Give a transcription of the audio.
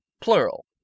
Plural